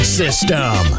system